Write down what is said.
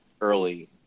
early